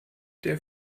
der